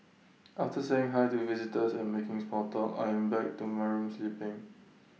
after saying hi to visitors and making small talk I'm back to my room sleeping